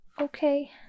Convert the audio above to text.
okay